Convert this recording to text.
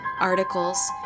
articles